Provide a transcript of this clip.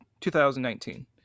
2019